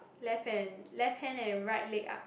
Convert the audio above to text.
left hand left hand and right leg up